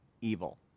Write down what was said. evil